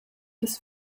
des